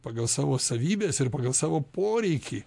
pagal savo savybes ir pagal savo poreikį